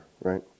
right